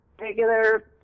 regular